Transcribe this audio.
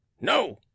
No